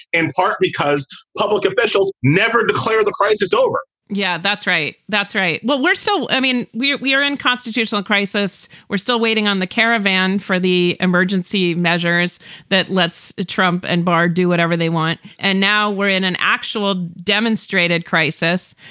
in part because public officials never declare the crisis over yeah. that's right. that's right. well, we're still i mean, we we are in constitutional crisis. we're still waiting on the caravan for the emergency measures that lets it trump and bar do whatever they want. and now we're in an actual demonstrated crisis.